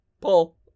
Pull